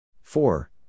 four